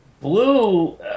Blue